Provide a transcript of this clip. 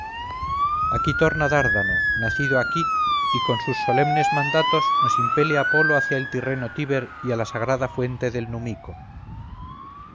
aquí torna dárdano nacido aquí y con sus solemnes mandatos nos impele apolo hacia el tirreno tíber y a la sagrada fuente del numico